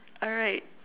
alright